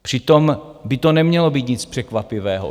Přitom by to nemělo být nic překvapivého.